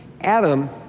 Adam